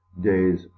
days